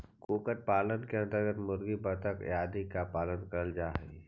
कुक्कुट पालन के अन्तर्गत मुर्गी, बतख आदि का पालन करल जा हई